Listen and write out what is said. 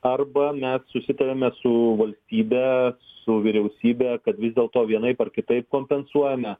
arba mes susitariame su valstybe su vyriausybe kad vis dėlto vienaip ar kitaip kompensuojame